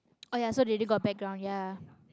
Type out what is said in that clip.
oh ya so they already got a background ya